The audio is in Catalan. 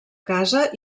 casa